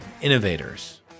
innovators